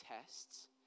tests